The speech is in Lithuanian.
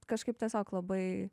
kažkaip tiesiog labai